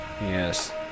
yes